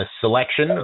selection